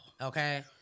Okay